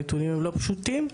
הנתונים הם לא פשוטים.